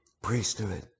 priesthood